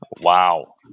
Wow